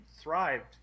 thrived